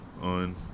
on